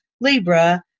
Libra